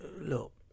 look